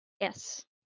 Yes